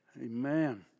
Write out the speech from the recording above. Amen